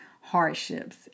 hardships